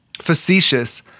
facetious